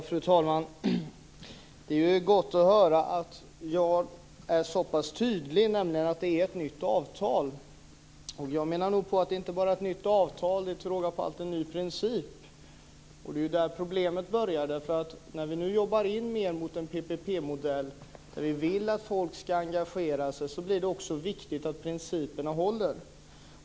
Fru talman! Det är gott att höra att Jarl Lander är så pass tydlig att han säger att det är ett nytt avtal. Jag menar nog på att det inte bara är ett nytt avtal. Det är till råga på allt en ny princip. Det är där problemet börjar. När vi nu jobbar mer mot en PPP-modell där vi vill att människor ska engagera sig blir det också viktigt att principerna håller.